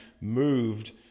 moved